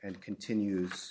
and continues